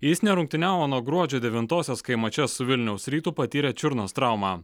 jis nerungtyniavo nuo gruodžio devintosios kai mače su vilniaus rytu patyrė čiurnos traumą